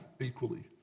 equally